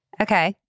Okay